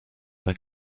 pas